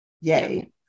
Yay